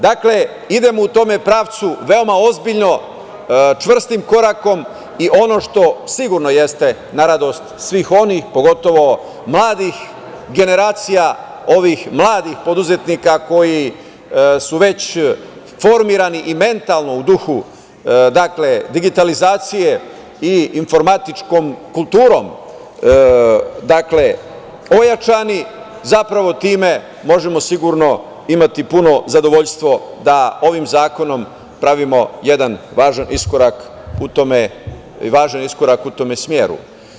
Dakle, idemo u tom pravcu veoma ozbiljno, čvrstim korakom i ono što sigurno jeste na radost svih onih, pogotovo mladih generacija, ovih mladih preduzetnika koji su već formirani i mentalno u duhu digitalizacije i informatičkom kulturom ojačani, zapravo time možemo sigurno imati puno zadovoljstvo da ovim zakonom pravimo jedan važan iskorak u tome smeru.